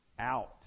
out